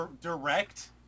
direct